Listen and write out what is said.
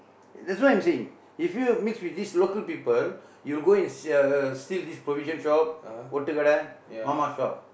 that's why I'm saying if you mix with these local people you'll go and uh steal this provision shop ஒட்டு கடை:otdu kadai mama shop